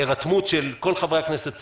הירתמות של כול חברי הכנסת.